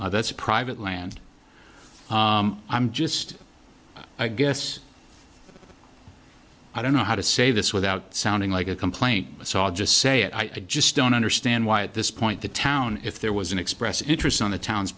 that's a private land i'm just i guess i don't know how to say this without sounding like a complaint saw just say it i just don't understand why at this point the town if there was an express interest on the town